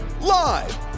live